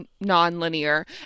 non-linear